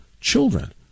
children